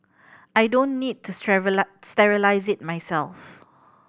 I don't need to sterilise it myself